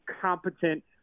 competent